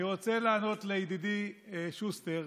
אני רוצה לענות לידידי שוסטר.